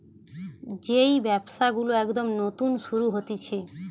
যেই ব্যবসা গুলো একদম নতুন শুরু হতিছে